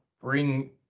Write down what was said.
bring